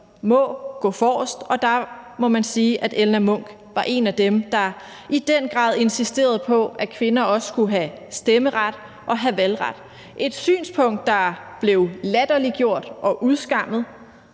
må gå forrest, og der må man sige, at Elna Munch var en af dem, der i den grad insisterede på, at kvinder også skulle have stemmeret og valgret. Det var et synspunkt, der blev latterliggjort og udskammet